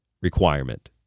requirement